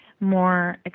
More